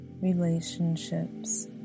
relationships